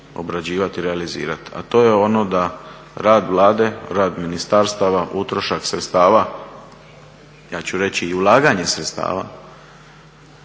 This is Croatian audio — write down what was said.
obrađivati i realizirati, a to je ono da rad Vlade, rad ministarstava, utrošak sredstava, ja ću reći i ulaganje sredstava